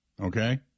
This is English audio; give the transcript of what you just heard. okay